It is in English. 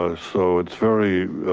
ah so it's very,